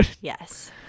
yes